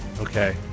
Okay